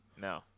No